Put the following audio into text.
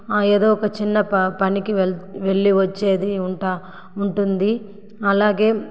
ఏదో ఒక చిన్న పనికి వెళ్ వెళ్ళి వచ్చేది ఉంటా ఉంటుంది అలాగే